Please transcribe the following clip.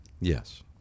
yes